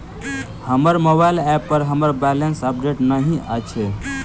हमर mobile app पर हमर बैलेंस अपडेट नहि अछि